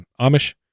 amish